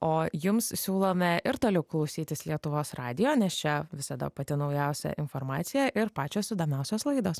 o jums siūlome ir toliau klausytis lietuvos radijo nes čia visada pati naujausia informacija ir pačios įdomiausios laidos